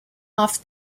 off